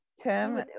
Tim